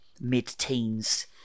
mid-teens